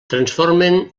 transformen